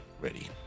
ready